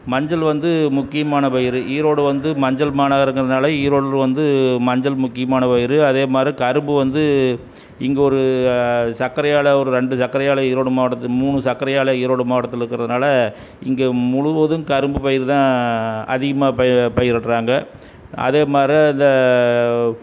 மஞ்சள் வந்து முக்கியமான பயிர் ஈரோடு வந்து மஞ்சள் மாநகரங்கிறதுனால ஈரோட்டில வந்து மஞ்சள் முக்கியமான பயிர் அதே மாதிரி கரும்பு வந்து இங்கே ஒரு சக்கரை ஆலை ஒரு ரெண்டு சக்கரை ஆலை ஈரோடு மாவட்டத்தில் மூணு சக்கரை ஆலை ஈரோடு மாவட்டத்துல இருக்கறதுனால இங்கே முழுவதும் கரும்பு பயிர் தான் அதிகமாக ப பயிரிடுறாங்க அதே மாரி இந்த